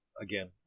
again